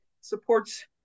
supports